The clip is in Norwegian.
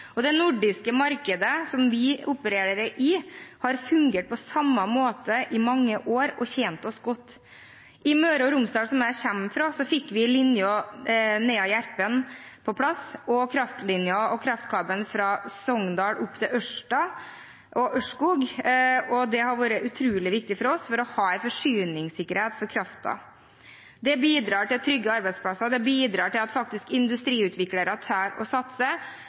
stad. Det nordiske markedet, som vi opererer i, har fungert på samme måte i mange år og har tjent oss godt. I Møre og Romsdal, som jeg kommer fra, fikk vi linjen Nea–Järpen på plass og kraftlinjen og kraftkabelen fra Sogndal opp til Ørsta og Ørskog. Det har vært utrolig viktig for oss for å ha forsyningssikkerhet for kraften. Det bidrar til trygge arbeidsplasser. Det bidrar til at industriutviklere tør å satse,